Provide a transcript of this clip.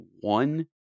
one